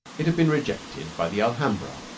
it had been rejected by the alhambra.